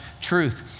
truth